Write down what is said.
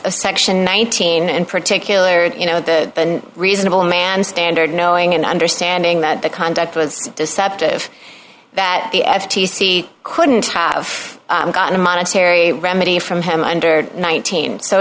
section nineteen in particular you know the been reasonable man standard knowing and understanding that the conduct was deceptive that the f t c couldn't have gotten a monetary remedy from him under nineteen so